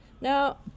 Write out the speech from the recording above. Now